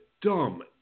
dumb